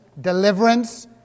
deliverance